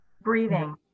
Breathing